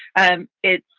and it's.